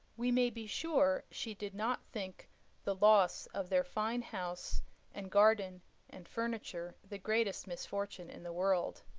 we may be sure she did not think the loss of their fine house and garden and furniture the greatest misfortune in the world.